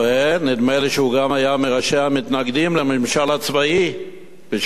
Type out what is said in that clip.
נדמה לי שהוא גם היה מראשי המתנגדים לממשל הצבאי בשעתו.